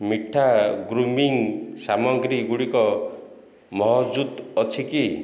ମିଠା ଗ୍ରୁମିଙ୍ଗ୍ ସାମଗ୍ରୀଗୁଡ଼ିକ ମହଜୁଦ୍ ଅଛି କି